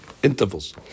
Intervals